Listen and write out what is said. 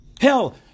Hell